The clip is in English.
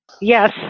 Yes